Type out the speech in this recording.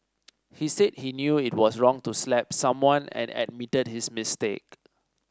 he said he knew it was wrong to slap someone and admitted his mistake